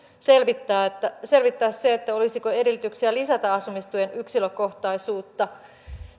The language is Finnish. selvittää se olisiko edellytyksiä lisätä asumistuen yksilökohtaisuutta